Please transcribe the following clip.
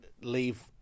leave